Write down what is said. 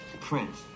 prince